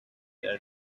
their